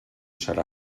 serà